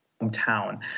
hometown